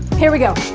here we go.